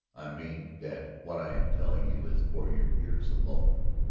i mean that what i am telling you is for your ears alone.